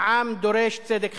העם דורש צדק חברתי.